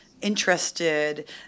interested